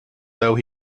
though